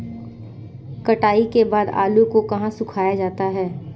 कटाई के बाद आलू को कहाँ सुखाया जाता है?